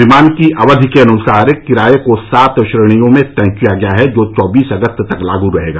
विमान की अवधि के अनुसार किराये को सात श्रेणियों में तय किया गया है जो चौबीस अगस्त तक लागू रहेगा